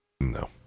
No